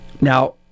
now